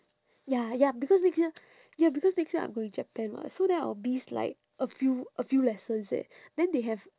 ya ya because next year ya because next year I am going japan [what] so then I will miss like a few a few lessons eh then they have